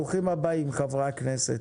ברוכים הבאים חברי הכנסת.